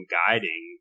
guiding